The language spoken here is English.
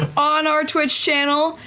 on our twitch channel,